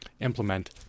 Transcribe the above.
implement